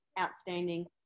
outstanding